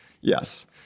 yes